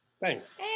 thanks